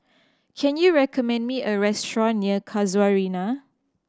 can you recommend me a restaurant near Casuarina